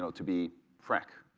so to be frank.